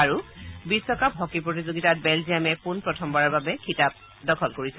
আৰু বিশ্বকাপ হকী প্ৰতিযোগিতাত বেলজিয়ামে পোনপ্ৰথমবাৰৰ বাবে খিতাপ অৰ্জন কৰিছে